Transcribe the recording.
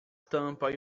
tampa